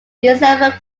december